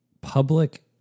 public